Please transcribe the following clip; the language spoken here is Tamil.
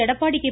எடப்பாடி கே